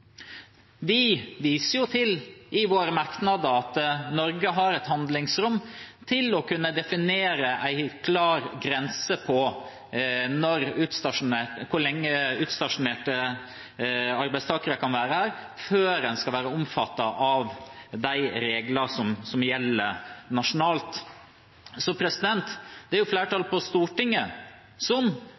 Vi viser i våre merknader til at Norge har et handlingsrom til å kunne definere en klar grense for hvor lenge utstasjonerte arbeidstakere kan være her før en skal være omfattet av de regler som gjelder nasjonalt. Så det er jo flertallet på Stortinget som